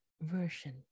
version